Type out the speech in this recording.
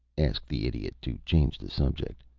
asked the idiot, to change the subject.